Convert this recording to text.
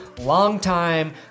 longtime